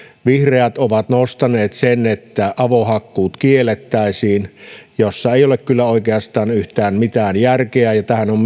vihreät ovat nostaneet sen että avohakkuut kiellettäisiin missä ei ole kyllä oikeastaan yhtään mitään järkeä tähän on